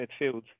midfield